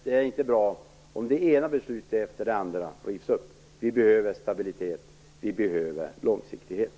Det är inte bra om det ena beslutet efter det andra rivs upp. Vi behöver stabilitet, vi behöver långsiktighet.